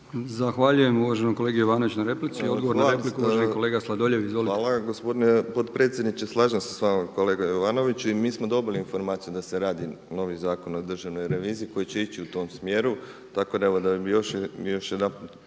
Zahvaljujem uvaženom kolegi Jovanoviću na replici. Odgovor na repliku uvaženi kolega Sladoljev. Izvolite. **Sladoljev, Marko (MOST)** Hvala gospodine potpredsjedniče. Slažem se s vama kolega Jovanoviću i mi smo dobili informaciju da se radi novi Zakon o državnoj reviziji koji će ići u tom smjeru.